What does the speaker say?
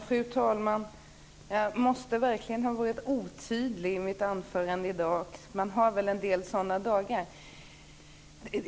Fru talman! Jag måste verkligen ha varit otydlig i mitt anförande i dag. Man har väl en del sådana dagar.